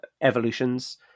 evolutions